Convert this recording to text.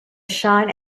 shine